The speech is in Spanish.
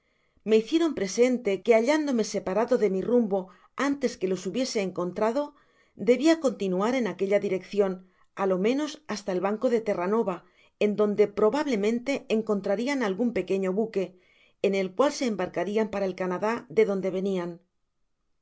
me hicieron presente que hallándome separado de mi rumbo antes que los hubiese encontrado debia continuar en aquella direccion á lo menos hasta el banco de terranova en donde probablemente encontrarian algun pequeño buque en el cual se embarcarian para el canadá de donde venian